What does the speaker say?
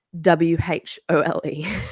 W-H-O-L-E